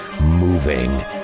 moving